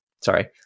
Sorry